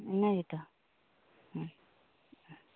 ᱤᱱᱟᱹ ᱜᱮᱛᱳ